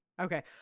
Okay